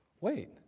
wait